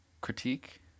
critique